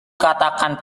katakan